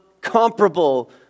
comparable